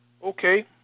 Okay